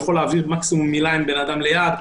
הוא יכול להעביר מקסימום מילה עם בן-אדם ליד.